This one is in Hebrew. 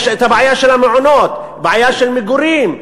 יש הבעיה של המעונות ובעיה של מגורים.